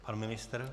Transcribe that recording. Pan ministr?